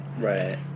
Right